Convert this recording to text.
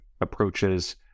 approaches